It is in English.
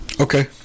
Okay